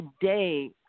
today